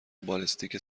بالستیک